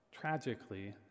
tragically